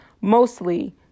mostly